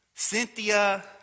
Cynthia